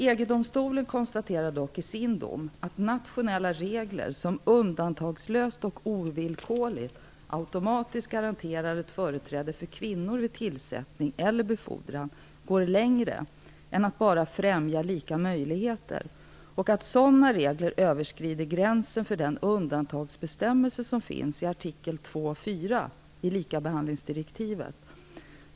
EG-domstolen konstaterar dock i sin dom att nationella regler som undantagslöst och ovillkorligt automatiskt garanterar ett företräde för kvinnor vid tillsättning eller befordran går längre än att bara främja lika möjligheter och att sådana regler överskrider gränsen för den undantagsbestämmelse som finns i artikel 2.4 i likabehandlingsdirektivet.